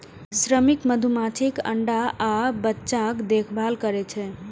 श्रमिक मधुमाछी अंडा आ बच्चाक देखभाल करै छै